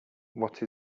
what